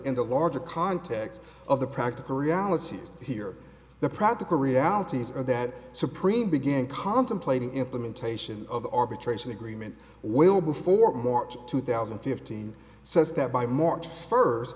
in the larger context of the practical realities here the practical realities are that supreme began contemplating implementation of the arbitration agreement well before march two thousand and fifteen says that by march first